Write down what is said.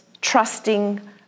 trusting